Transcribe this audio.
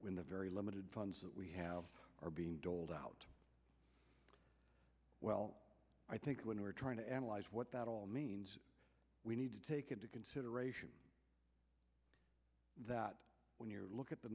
when the very limited funds that we have are being doled out well i think when we're trying to analyze what that all means we need to take into consideration that when you look at the